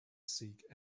seek